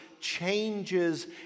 changes